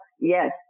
Yes